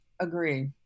agree